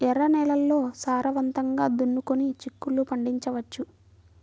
ఎర్ర నేలల్లో సారవంతంగా దున్నుకొని చిక్కుళ్ళు పండించవచ్చు